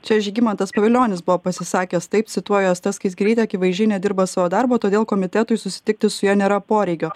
čia žygimantas pavilionis buvo pasisakęs taip cituoju asta skaisgirytė akivaizdžiai nedirba savo darbo todėl komitetui susitikti su ja nėra poreikio